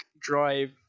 drive